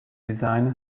design